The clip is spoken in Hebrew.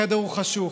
החדר הוא חשוך,